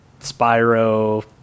Spyro